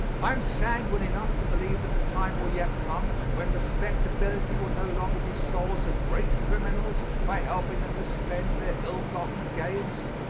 i am sanguine enough to believe that the time will yet come when respectability will no longer be sold to great criminals by helping them to spend their ill-gotten gains.